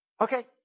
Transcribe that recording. Okay